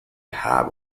have